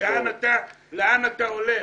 תבין לאן אתה הולך.